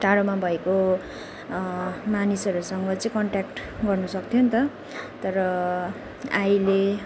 टाढोमा भएको मानिसहरूसँग चाहिँ कन्ट्याक्ट गर्न सक्थ्यो नि त तर अहिले